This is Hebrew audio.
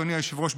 אדוני היושב-ראש,